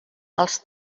els